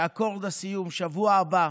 שאקורד הסיום הוא בשבוע הבא,